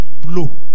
blow